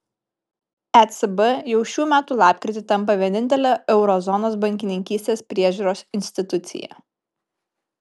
ecb jau šių metų lapkritį tampa vienintele euro zonos bankininkystės priežiūros institucija